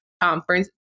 conference